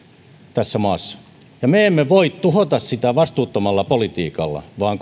tässä maassa ja me emme voi tuhota sitä vastuuttomalla politiikalla vaan